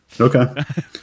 okay